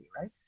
right